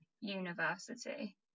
university